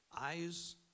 Eyes